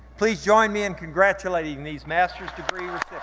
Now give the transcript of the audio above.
please join me in congratulating these master's degree